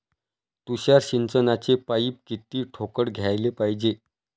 तुषार सिंचनाचे पाइप किती ठोकळ घ्याले पायजे?